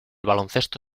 baloncesto